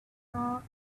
saw